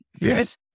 Yes